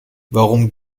warum